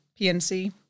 PNC